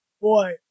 Boy